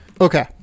okay